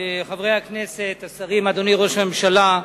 חברי הכנסת, השרים, אדוני ראש הממשלה,